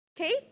Okay